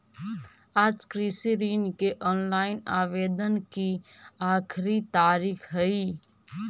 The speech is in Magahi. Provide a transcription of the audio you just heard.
आज कृषि ऋण के ऑनलाइन आवेदन की आखिरी तारीख हई